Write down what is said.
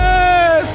Yes